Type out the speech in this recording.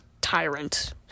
tyrant